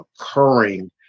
occurring